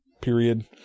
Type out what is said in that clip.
period